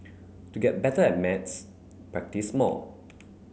to get better at maths practise more